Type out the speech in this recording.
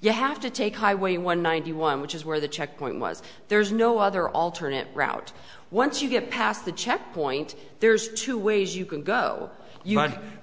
you have to take highway one ninety one which is where the checkpoint was there's no other alternate route once you get past the checkpoint there's two ways you can go